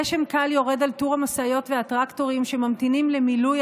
גשם קל יורד על טור המשאיות והטרקטורים שממתינים למילוי